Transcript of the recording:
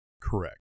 Correct